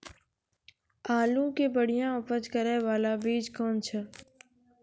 आलू के बढ़िया उपज करे बाला बीज कौन छ?